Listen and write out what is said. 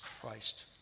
Christ